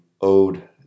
Ode